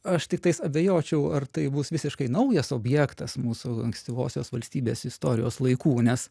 aš tiktais abejočiau ar tai bus visiškai naujas objektas mūsų ankstyvosios valstybės istorijos laikų nes